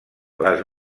les